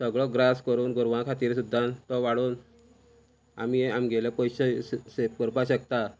सगळो ग्रास करून गोरवां खातीर सुद्दां तो वाडोन आमी आमगेले पयशे से से सेव करपा शकता